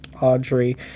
Audrey